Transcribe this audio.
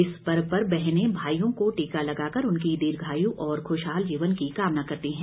इस पर्व पर बहनें भाईयों को टीका लगाकर उनकी दीर्घायु और खुशहाल जीवन की कामना करती हैं